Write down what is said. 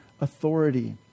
authority